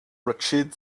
rachid